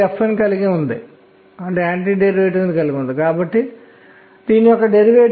వీటి పరమాణు సంఖ్యలు 3 11 మరియు 19 వీటికి 4 12 మరియు 20